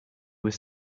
was